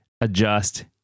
adjust